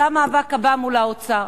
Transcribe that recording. זה המאבק הבא מול האוצר.